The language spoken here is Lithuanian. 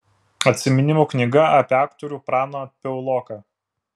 atsiminimų knyga apie aktorių praną piauloką